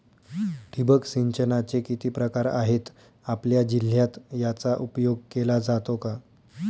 ठिबक सिंचनाचे किती प्रकार आहेत? आपल्या जिल्ह्यात याचा उपयोग केला जातो का?